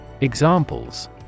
Examples